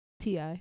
ti